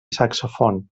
saxofon